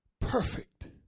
perfect